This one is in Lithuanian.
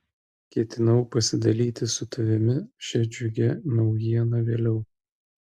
ketinau pasidalyti su tavimi šia džiugia naujiena vėliau